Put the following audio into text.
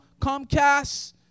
Comcast